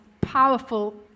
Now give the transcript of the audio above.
powerful